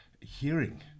hearing